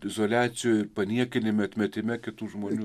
izoliacijoje paniekinime atmetime kitų žmonių